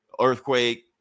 earthquake